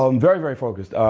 um very, very focused.